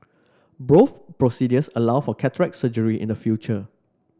both procedures allow for cataract surgery in the future